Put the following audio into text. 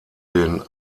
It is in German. den